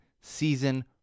Season